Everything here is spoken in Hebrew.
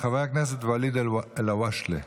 חבר הכנסת ואליד אלהואשלה נמצא?